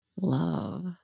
Love